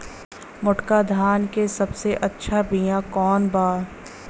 मोटका धान के सबसे अच्छा बिया कवन बा?